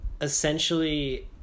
essentially